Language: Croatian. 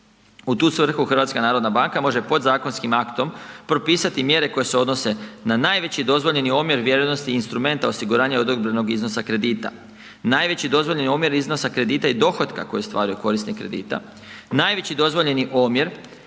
U tu svrhu HNB može podzakonskim aktom propisati mjere koje se odnose na najveći dozvoljeni omjer vrijednosti instrumenta osiguranja odobrenog iznosa kredita, najveći dozvoljeni omjer iznosa kredita i dohotka koji ostvaraje korisnik kredita, najveći dozvoljeni omjer